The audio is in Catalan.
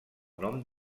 nom